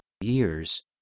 years